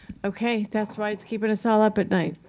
okay. that's why it's keeping us all up at night.